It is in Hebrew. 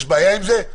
יש בעיה עם זה?